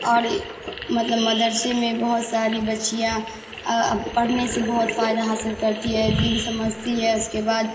اور مطلب مدرسے میں بہت ساری بچیاں پڑھنے سے بہت فائدہ حاصل کرتی ہے دین سمجھتی ہے اس کے بعد